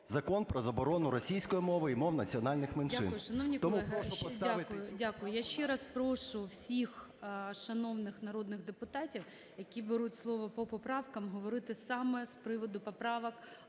закон про заборону російської мови і мов національних меншин.